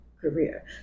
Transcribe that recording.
career